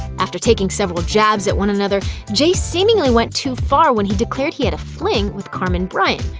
after taking several jabs at one another, jay seemingly went too far when he declared he had a fling with carmen bryan,